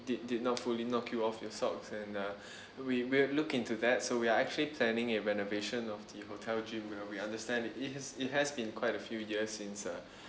did did not fully knock you off your socks and uh we we'll look into that so we are actually planning a renovation of the hotel gym uh we understand it has it has been quite a few years since uh